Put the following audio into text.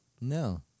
No